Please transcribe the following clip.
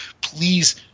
please